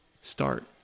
start